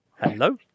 Hello